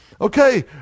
okay